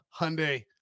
hyundai